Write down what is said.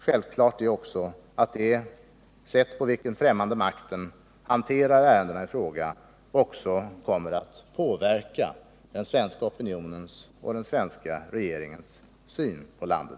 Självklart är också att det sätt på vilket den främmande makten hanterar ärendena i fråga kommer att påverka den svenska opinionen och den svenska regeringens syn på landet.